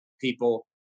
people